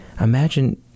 imagine